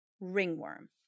Ringworm